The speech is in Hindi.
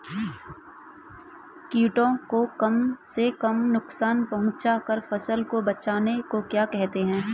कीटों को कम से कम नुकसान पहुंचा कर फसल को बचाने को क्या कहते हैं?